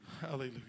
Hallelujah